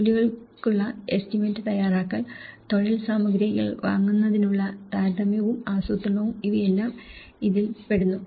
ജോലികൾക്കുള്ള estimate തയ്യാറാക്കൽ തൊഴിൽ സാമഗ്രികൾ വാങ്ങുന്നതിനുള്ള താരതമ്യവും ആസൂത്രണവും ഇവയെല്ലാം ഇതിൽ പെടുന്നു